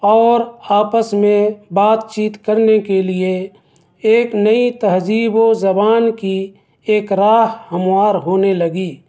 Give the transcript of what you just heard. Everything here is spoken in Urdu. اور آپس میں بات چیت کرنے کے لیے ایک نئی تہذیب و زبان کی ایک راہ ہموار ہونے لگی